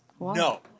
no